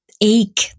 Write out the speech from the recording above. ache